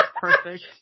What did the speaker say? perfect